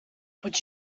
would